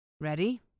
Ready